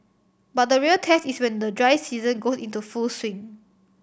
but the real test is when the dry season goes into full swing